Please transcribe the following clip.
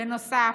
בנוסף,